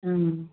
ആ